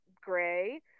gray